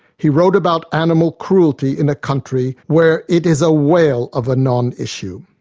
he wrote about animal cruelty in a country where it is a whale of a non-issue.